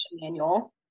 manual